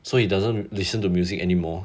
so it doesn't listen to music anymore